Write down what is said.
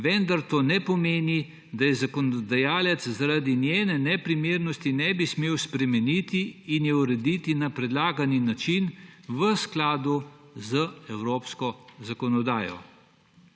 Vendar to ne pomeni, da je zakonodajalec zaradi njene neprimernosti ne bi smel spremeniti in jo urediti na predlagani način v skladu z evropsko zakonodajo.